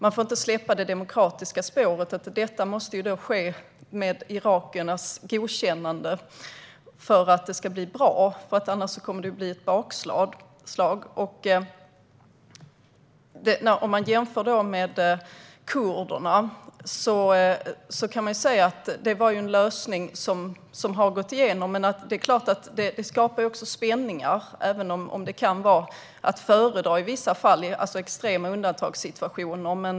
Man får inte släppa det demokratiska spåret, utan detta måste ske med irakiernas godkännande för att det ska bli bra. Annars kommer det att bli ett bakslag. Om man jämför med kurderna kan man se att det var en lösning som har gått igenom, men det är klart att det också skapar spänningar även om det kan vara att föredra i vissa fall - i extrema undantagssituationer.